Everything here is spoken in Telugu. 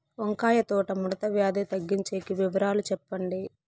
వంకాయ తోట ముడత వ్యాధి తగ్గించేకి వివరాలు చెప్పండి?